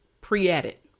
pre-edit